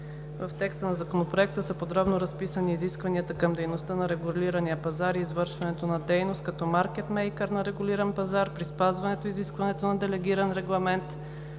В текста на Законопроекта са подробно разписани изискванията към дейността на регулирания пазар и извършването на дейност като маркет мейкър на регулиран пазар при спазване изискванията на Делегиран регламент